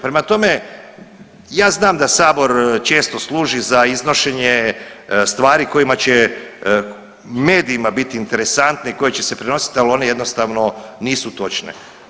Prema tome, ja znam da sabor često služi za iznošenje stvari kojima će medijima biti interesantni, koji će se prenosit, ali oni jednostavno nisu točne.